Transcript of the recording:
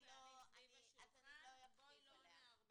לא נערבב.